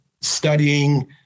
studying